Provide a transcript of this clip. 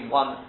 one